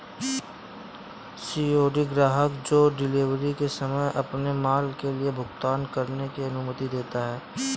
COD ग्राहक को delivery के समय अपने माल के लिए भुगतान करने की अनुमति देता है